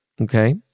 Okay